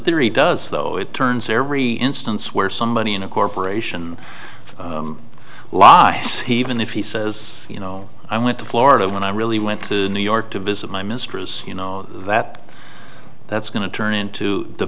theory does though it turns every instance where somebody in a corporation law yes he even if he says you know i went to florida when i really went to new york to visit my mistress you know that that's going to turn into the